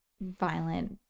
violent